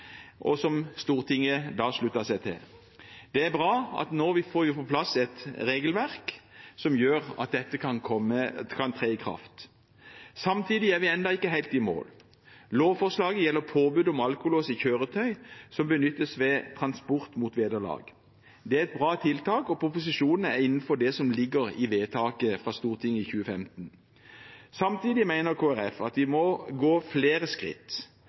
som Stortinget da sluttet seg til. Det er bra at vi nå får på plass et regelverk som gjør at dette kan tre i kraft. Samtidig er vi ennå ikke helt i mål. Lovforslaget gjelder påbud om alkolås i kjøretøy som benyttes ved transport mot vederlag. Det er et bra tiltak, og proposisjonen er innenfor det som ligger i vedtaket fra Stortinget i 2015. Samtidig mener Kristelig Folkeparti at vi må ta flere skritt.